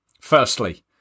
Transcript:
Firstly